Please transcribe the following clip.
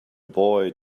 boy